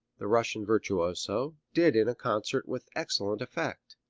the russian virtuoso, did in a concert with excellent effect.